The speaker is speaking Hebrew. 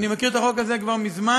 ואני מכיר את החוק הזה כבר מזמן.